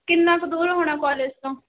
ਕਿੰਨਾ ਕੁ ਦੂਰ ਹੋਣਾ ਕੋਲੇਜ ਤੋਂ